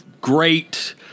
great